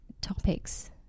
topics